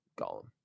golem